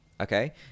Okay